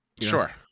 Sure